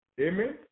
Amen